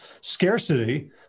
scarcity